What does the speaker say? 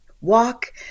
walk